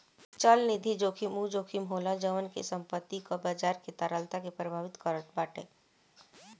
चलनिधि जोखिम उ जोखिम होला जवन की संपत्ति कअ बाजार के तरलता के प्रभावित करत बाटे